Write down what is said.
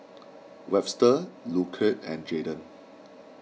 Webster Lucile and Jadyn